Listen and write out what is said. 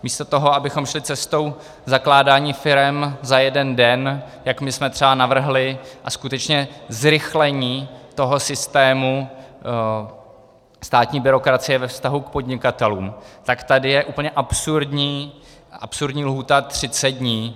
Místo toho, abychom šli cestou zakládání firem za jeden den, jak my jsme třeba navrhli, a skutečně zrychlení toho systému státní byrokracie ve vztahu k podnikatelům, tak tady je úplně absurdní lhůta třicet dní.